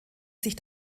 sich